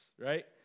right